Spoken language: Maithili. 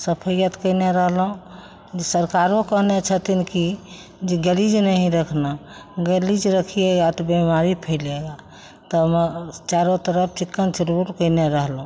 सफैअत कएने रहलहुँ सरकारो कहने छथिन कि जे गलीज नहीं रखना गलीज रखिएगा तो बीमारी फैलेगा तब चारू तरफ चिक्कन चुनमुन कएने रहलहुँ